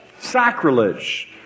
sacrilege